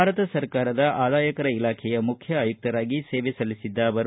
ಭಾರತ ಸರಕಾರದ ಆದಾಯಕರ ಇಲಾಖೆಯ ಮುಖ್ಯ ಆಯುಕ್ತರಾಗಿ ಸೇವೆ ಸಲ್ಲಿಸಿದ್ದರು